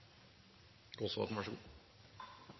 svar i god